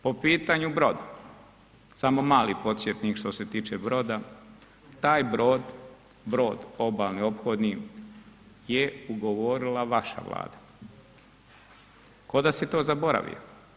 Po pitanju broda, samo mali podsjetnik što se tiče broda, taj brod, brod obalnih ophodnji je ugovorila vaša Vlada kao da se to zaboravi.